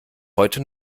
heute